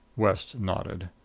west nodded.